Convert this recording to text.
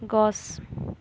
গছ